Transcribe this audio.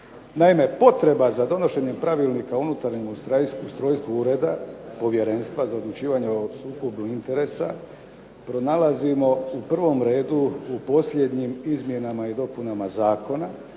potrebu za donošenjem Pravilnika o unutarnjem ustrojstvu Ureda Povjerenstva za odlučivanje o sukobu interesa pronalazimo u prvom redu u posljednjim izmjenama i dopunama Zakona